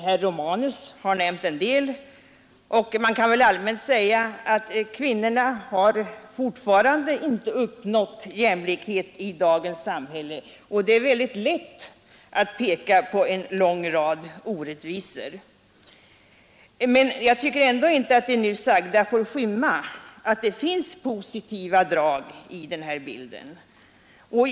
Herr Romanus har nämnt en del, och man kan väl allmänt säga att kvinnorna ännu inte har uppnått jämlikhet i dagens samhälle. Det är mycket lätt att peka på en lång rad orättvisor. Jag tycker ändå inte att det nu sagda får skymma att det finns positiva drag i bilden.